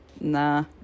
Nah